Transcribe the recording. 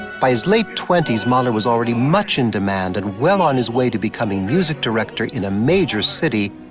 by his late twenty s, mahler was already much in demand and well on his way to becoming music director in a major city,